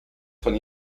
son